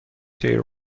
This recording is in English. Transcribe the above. their